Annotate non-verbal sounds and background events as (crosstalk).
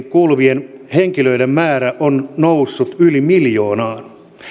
(unintelligible) kuuluvien henkilöiden määrä on noussut yli miljoonaan